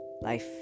life